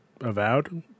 avowed